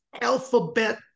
alphabet